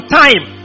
time